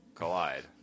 collide